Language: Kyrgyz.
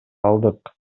алдык